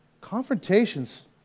Confrontation's